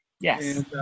Yes